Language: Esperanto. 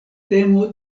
temo